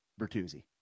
Bertuzzi